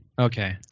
Okay